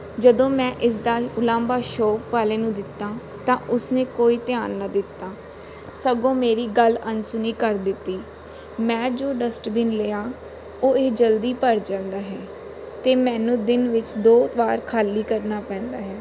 ਜਦੋਂ ਮੈਂ ਇਸ ਦਾ ਉਲਾਂਭਾ ਸ਼ੋਪ ਵਾਲੇ ਨੂੰ ਦਿੱਤਾ ਤਾਂ ਉਸ ਨੇ ਕੋਈ ਧਿਆਨ ਨਾ ਦਿੱਤਾ ਸਗੋਂ ਮੇਰੀ ਗੱਲ ਅਣਸੁਣੀ ਕਰ ਦਿੱਤੀ ਮੈਂ ਜੋ ਡਸਟਬਿਨ ਲਿਆ ਉਹ ਇਹ ਜਲਦੀ ਭਰ ਜਾਂਦਾ ਹੈ ਅਤੇ ਮੈਨੂੰ ਦਿਨ ਵਿੱਚ ਦੋ ਵਾਰ ਖਾਲੀ ਕਰਨਾ ਪੈਂਦਾ ਹੈ